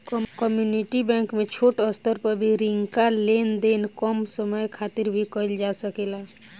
community bank में छोट स्तर पर भी रिंका लेन देन कम समय खातिर भी कईल जा सकेला